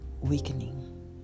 weakening